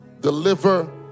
deliver